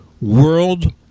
world